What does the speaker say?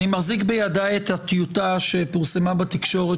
אני מחזיק בידי את הטיוטה שפורסמה בתקשורת